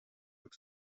agus